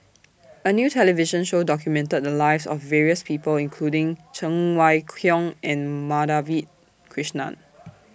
A New television Show documented The Lives of various People including Cheng Wai Keung and Madhavi Krishnan